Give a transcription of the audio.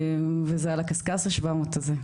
וזה על הקשקש ה-700 הזה,